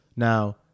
Now